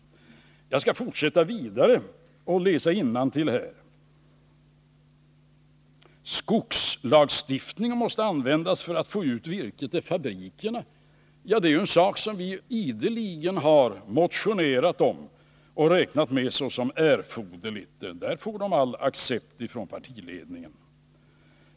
Jag skall fortsätta att läsa innantill: Skogslagstiftningen måste användas för att få ut virke till fabrikerna. Det är ju en sak som vi ideligen har motionerat om, och det har vi räknat med såsom erforderligt. Där får de all accept från vår partiledning.